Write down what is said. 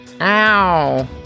Ow